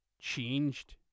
changed